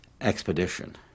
expedition